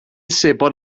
sebon